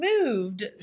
moved